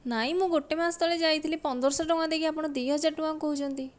ନାହିଁ ମୁଁ ଗୋଟିଏ ମାସ ତଳେ ଯାଇଥିଲି ପନ୍ଦର ଶହ ଟଙ୍କା ଦେଇକି ଆପଣ ଦୁଇ ହଜାର ଟଙ୍କା କହୁଛନ୍ତି